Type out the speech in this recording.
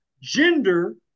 gender